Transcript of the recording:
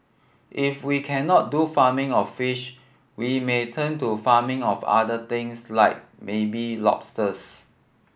if we cannot do farming of fish we may turn to farming of other things like maybe lobsters